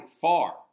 far